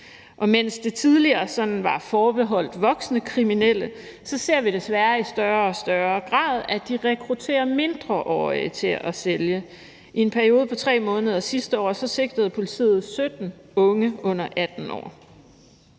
Og mens det tidligere sådan var forbeholdt voksne kriminelle, ser vi desværre i større og større grad, de rekrutterer mindreårige til at sælge. I en periode på 3 måneder sidste år sigtede politiet 17 unge under 18 år,